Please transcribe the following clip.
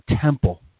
temple